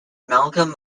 malcolm